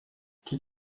did